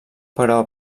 però